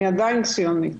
אני עדיין ציונית.